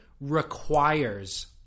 requires